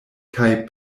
kaj